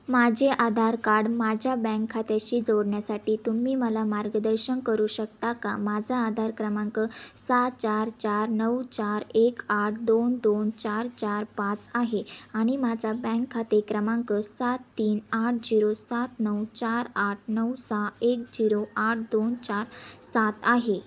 माझे आधार कार्ड माझ्या बँक खात्याशी जोडण्यासाठी तुम्ही मला मार्गदर्शन करू शकता का माझा आधार क्रमांक सहा चार चार नऊ चार एक आठ दोन दोन चार चार पाच आहे आणि माझा बँक खाते क्रमांक सात तीन आठ झिरो सात नऊ चार आठ नऊ सहा एक झिरो आठ दोन चार सात आहे